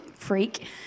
freak